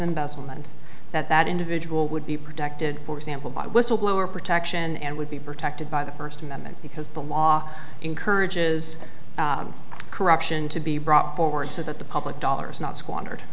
investment that that individual would be protected for example by whistleblower protection and would be protected by the first amendment because the law encourages corruption to be brought forward so that the public dollars not squandered